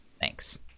Thanks